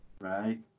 Right